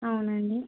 అవునండి